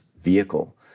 vehicle